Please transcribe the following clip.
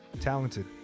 talented